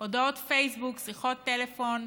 הודעות פייסבוק, שיחות טלפון.